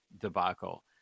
debacle